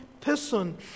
person